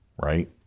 right